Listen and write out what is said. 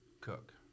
cook